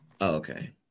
okay